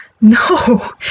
No